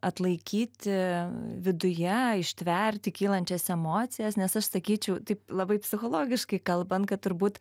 atlaikyti viduje ištverti kylančias emocijas nes aš sakyčiau taip labai psichologiškai kalbant kad turbūt